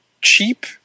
cheap